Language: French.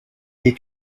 est